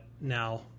Now